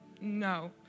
no